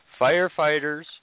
Firefighters